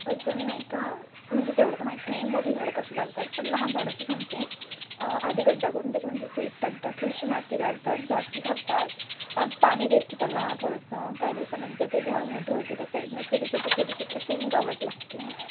अजून नाही का म्हणजे तेवढं तर माहीत नाही मोठी झाडं कसे लावतात पण लहान झाडाचं सांगते आधी खड्डा करून त्याच्यामध्ये सीड टाकतात थोडीशी माती लावतात झाक झाकतात पाणी देते त्याला थोडंसं काही दिवसानंतर ते झाड मोठं होते त्या साईडने छोटे छोटे छोटे छोटे असे गवत लागते